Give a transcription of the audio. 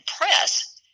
Press